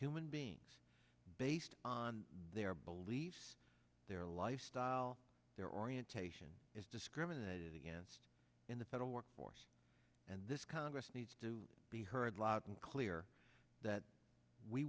human beings based on their beliefs their lifestyle their orientation is discriminated against in the federal workforce and this congress needs to be heard loud and clear that we